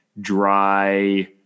dry